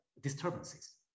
disturbances